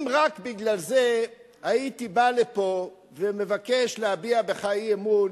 אם רק בגלל זה הייתי בא לפה ומבקש להביע בך אי-אמון,